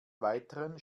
weiteren